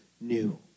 new